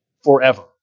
forever